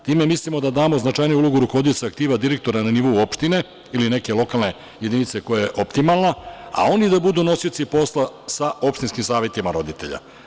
Time mislimo da damo značajniju ulogu rukovodiocu aktiva, direktora na nivou opštine, ili neke lokalne jedinice koja je optimalna, a oni da budu nosioci posla sa opštinskim savetima roditelja.